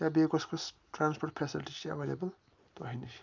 یا بیٚیہِ کۄس کۄس ٹرٛانسپوٹ فٮ۪سَلٹی چھِ اٮ۪وٮ۪لیبٕل تۄہہِ نِش